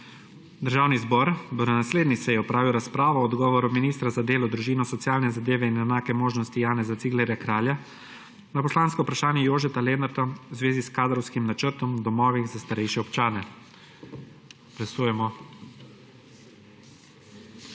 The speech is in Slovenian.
Državni zbor bo na naslednji seji opravil razpravo o odgovoru ministra za delo, družino, socialne zadeve in enake možnosti Janeza Ciglerja Kralja na poslansko vprašanje Jožeta Lenarta v zvezi s kadrovskim načrtom v domovih za starejše občane. Glasujemo.